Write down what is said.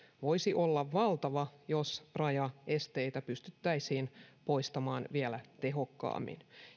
voisi olla valtavaa jos rajaesteitä pystyttäisiin poistamaan vielä tehokkaammin